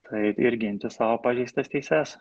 tai ir ginti savo pažeistas teises